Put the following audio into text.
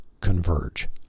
converge